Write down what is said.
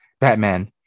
Batman